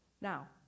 Now